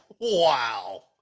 Wow